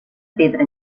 pedra